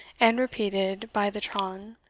and repeated by the tron,